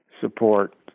support